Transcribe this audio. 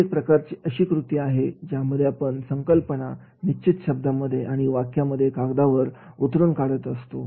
ही एक प्रकारची अशी कृती आहे ज्यामध्ये आपण संकल्पना निश्चित शब्दामध्ये आणि वाक्यामध्ये कागदावर उतरवून काढत असतो